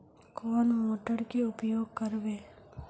कौन मोटर के उपयोग करवे?